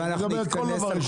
לגבי כל דבר.